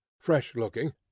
fresh-looking